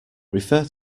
refer